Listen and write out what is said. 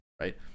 right